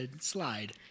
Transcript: slide